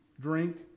drink